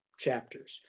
chapters